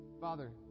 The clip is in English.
Father